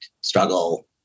struggle